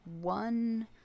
one